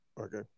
Okay